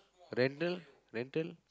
rental rental